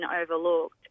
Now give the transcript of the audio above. overlooked